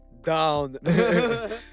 Down